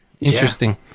Interesting